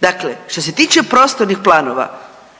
Dakle, što se tiče prostornih planova